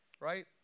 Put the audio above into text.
right